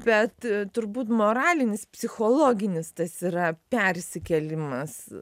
bet turbūt moralinis psichologinis tas yra persikėlimas